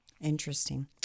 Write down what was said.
Interesting